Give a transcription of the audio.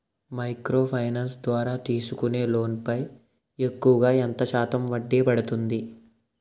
Micro finance ద్వారా తీసుకునే లోన్ పై ఎక్కువుగా ఎంత శాతం వడ్డీ పడుతుంది?